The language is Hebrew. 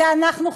זה אנחנו,